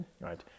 right